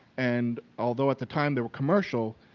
and although at the time they were commercial,